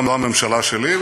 הממשלה שלי,